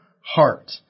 heart